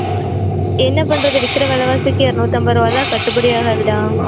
என்ன பண்ணுறது விக்கிற விலவாசிக்கு இரநூத்தம்பது ரூபாலாம் கட்டுப்படி ஆகாதுடா